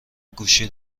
گوشی